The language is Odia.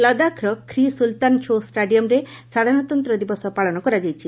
ଲଦାଖ୍ର ଖ୍ରୀ ସ୍ୱଲ୍ତାନ ଛୋ ଷ୍ଟାଡିୟମ୍ରେ ସାଧାରଣତନ୍ତ ଦିବସ ପାଳନ କରାଯାଇଛି